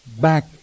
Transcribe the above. back